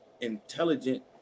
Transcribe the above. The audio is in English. intelligent